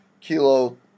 kilo